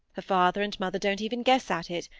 her father and mother don't even guess at it,